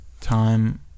time